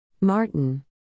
Martin